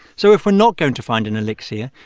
so if we're not going to find an elixir,